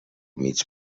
mig